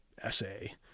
essay